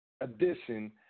addition